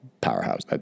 powerhouse